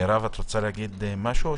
מרב, רוצה לומר משהו?